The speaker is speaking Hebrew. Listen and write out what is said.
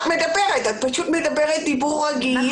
את מדברת דיבור רגיל.